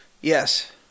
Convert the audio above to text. Yes